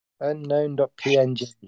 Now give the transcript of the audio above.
unknown.png